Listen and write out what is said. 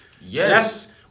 yes